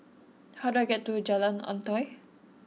how do I get to Jalan Antoi